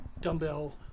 dumbbell